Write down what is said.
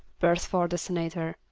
burst forth the senator.